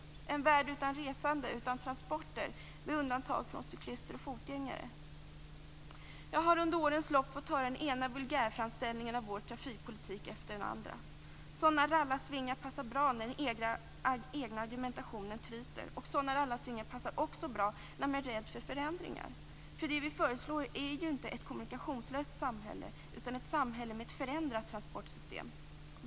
Är det en värld utan resande och utan transporter, med undantag för cyklister och fotgängare? Jag har under årens lopp fått höra den ena vulgärframställningen av vår trafikpolitik efter den andra. Sådana rallarsvingar passar bra när den egna argumentationen tryter. De passar också bra när man är rädd för förändringar. För det vi föreslår är ju inte ett kommunikationslöst samhälle utan ett samhälle med ett förändrat transportsystem.